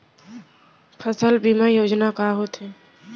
फसल बीमा योजना का होथे?